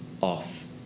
off